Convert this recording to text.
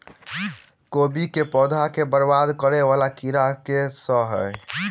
कोबी केँ पौधा केँ बरबाद करे वला कीड़ा केँ सा है?